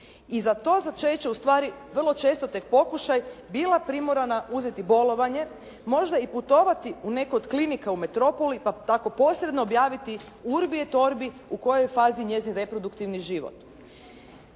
i za to začeće u stvari vrlo često tek pokušaj bila primorana uzeti bolovanje, možda i putovati u neku od klinika u metropoli, pa tako posebno objaviti urbi at obi u kojoj je fazi njezin reproduktivni život.